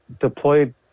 deployed